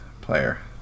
player